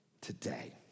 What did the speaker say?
today